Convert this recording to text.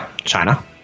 China